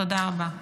תודה רבה.